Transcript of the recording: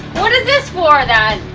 what is this for then?